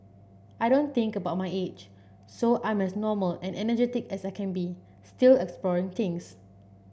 I don't think about my age so I'm as normal and energetic as I can be still exploring things